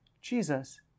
Jesus